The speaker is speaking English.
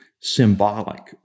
symbolic